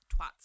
twats